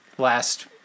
last